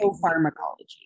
pharmacology